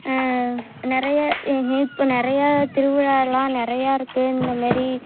நிறைய இப்போ நிறைய திருவிழாலாம் நிறையா இருக்குது இந்தமாரி